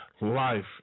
Life